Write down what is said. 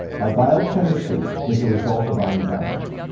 our biochemistry is a result of our environment.